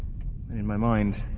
in my mind,